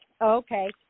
Okay